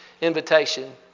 invitation